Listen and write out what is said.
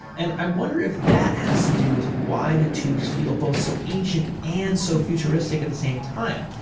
and i wonder if that has to do with why the tubes feel both so ancient and so futuristic at the same time.